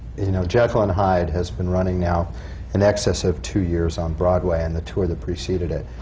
you know, jekyll and hyde has been running now in excess of two years on broadway, and the tour that preceded it.